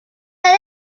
debe